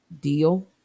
deal